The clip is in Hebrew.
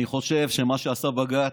אני חושב שמה שעשה בג"ץ,